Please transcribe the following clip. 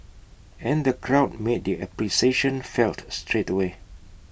and the crowd made their appreciation felt straight away